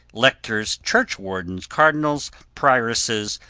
lectors, church wardens, cardinals, prioresses,